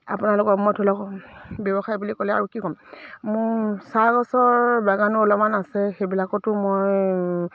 আপোনালোকক মই ধৰি লওক ব্যৱসায় বুলি ক'লে আৰু কি ক'ম মোৰ চাহ গছৰ বাগানো অলপমান আছে সেইবিলাকতো মই